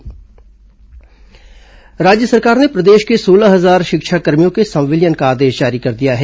शिक्षाकर्मी संविलियन राज्य सरकार ने प्रदेश के सोलह हजार शिक्षाकर्मियों के संविलियन का आदेश जारी कर दिया है